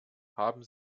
haben